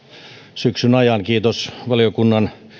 syksyn ajan ja kiitos valiokunnan